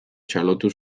txalotu